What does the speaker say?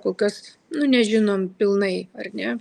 kol kas nu nežinom pilnai ar ne